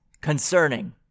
Concerning